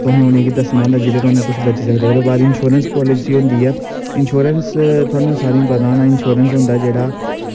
ते तुसें इनेंगी दस्सना होंदा जेह्दे कन्नै तुस बची सकदे ओ ओह्दे बाद इंश्योरेंस पॉलिसी होंदी ऐ इंश्योरेंस तुसें सारें गी पता होना जेह्ड़ा